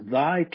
Thy